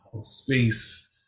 space